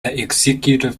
executive